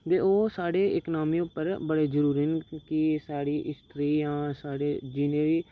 ते ओह् साढ़े इकनामी उप्पर बड़ी जरूरी न कि साढ़ी हिस्ट्रियां साढ़े जिन्ने बी